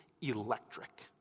electric